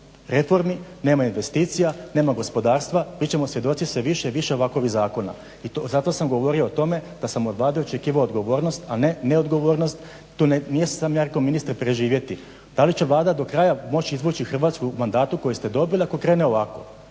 reformi, nema investicija, nema gospodarstva, bit ćemo svjedoci sve više i više ovakvih zakona. I zato sam govorio o tome da sam od Vlade očekivao odgovornost, a ne neodgovornost. … /Govornik se ne razumije./… Da li će Vlada do kraja moći izvući Hrvatsku u mandatu koji ste dobili ako krene ovako.